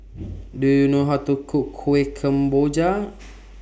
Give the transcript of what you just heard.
Do YOU know How to Cook Kuih Kemboja